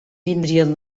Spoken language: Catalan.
vindrien